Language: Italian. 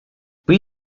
qui